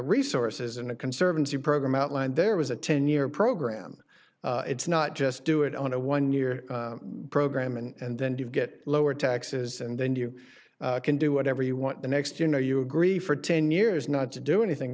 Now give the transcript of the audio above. resources and a conservancy program outlined there was a ten year program it's not just do it on a one year program and then you get lower taxes and then you can do whatever you want the next you know you agree for ten years not to do anything